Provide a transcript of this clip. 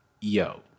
yo